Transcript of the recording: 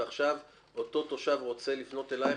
ועכשיו אותו תושב רוצה לפנות אליך,